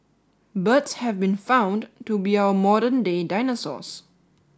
birds have been found to be our modern day dinosaurs